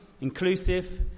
inclusive